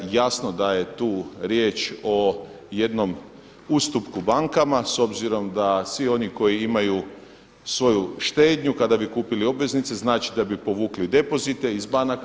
Jasno da je tu riječ o jednom ustupku bankama s obzirom da svi oni koji imaju svoju štednju kada bi kupili obveznice znači da bi povukli depozite iz banaka.